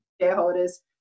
shareholders